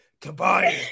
Tobias